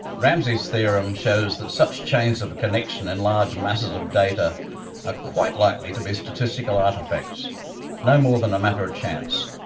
ramsey's theorem shows that such chains of connection in large masses of data are ah quite likely to be statistical artefacts no more than a matter of chance.